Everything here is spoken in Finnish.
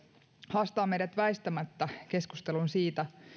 haastaa meidät väistämättä keskusteluun siitä